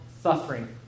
suffering